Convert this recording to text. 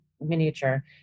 miniature